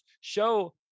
show